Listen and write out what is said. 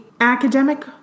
academic